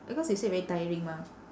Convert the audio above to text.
because you say very tiring mah